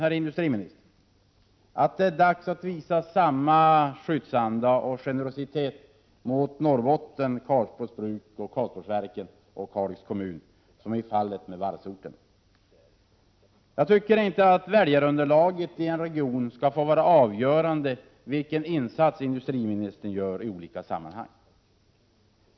Är det inte dags att visa samma skyddsanda och generositet mot Karlsborgs Bruk, Karlsborgsverken och Kalix kommun i Norrbotten som var fallet med varvsorterna? Jag tycker inte att väljarunderlaget i en region skall få vara avgörande för vilken insats industriministern gör i olika sammanhang.